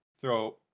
throw